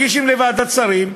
כשמגישים לוועדת שרים,